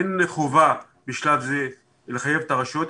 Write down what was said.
אין חובה בשלב זה לחייב את הרשויות,